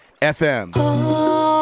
FM